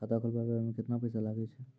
खाता खोलबाबय मे केतना पैसा लगे छै?